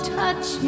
touch